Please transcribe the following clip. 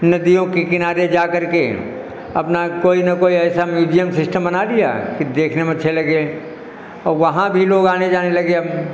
नदियों के किनारे जाकर के अपना कोई न कोई ऐसा म्यूजियम सिश्टम बना दिया कि देखने में अच्छे लगे और वहाँ भी लोग आने जाने लगे अब